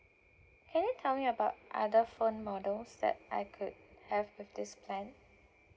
can you tell me about other phone models that I could have with this plan